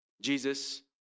Jesus